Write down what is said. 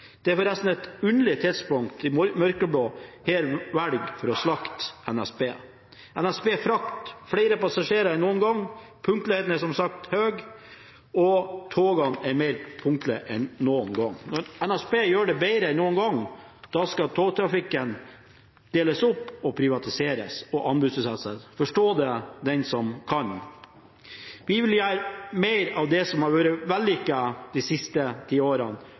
Det er forresten et underlig tidspunkt de mørkeblå her velger for å slakte NSB – med NSB Frakt, flere passasjerer enn noen gang, og punktligheten er, som sagt, høyere enn noen gang. Når NSB gjør det bedre enn noen gang, skal togtrafikken deles opp og privatiseres og settes ut på anbud. Forstå det den som kan! Vi vil gjøre mer av det som har vært vellykket de siste ti